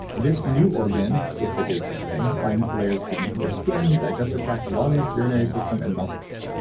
this new organ if it is such a thing, lines layers beneath your skin digestive tract, lungs, urinary system and muscles.